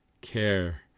care